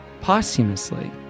posthumously